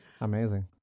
Amazing